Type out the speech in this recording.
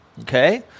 Okay